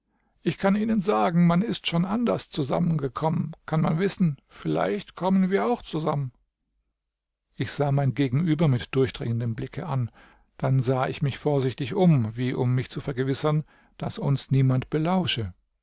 ich kann ihnen sagen man ist schon anders zusammengekommen kann man wissen vielleicht kommen wir auch zusammen ich sah mein gegenüber mit durchdringendem blicke an dann sah ich mich vorsichtig um wie um mich zu vergewissern daß uns niemand belausche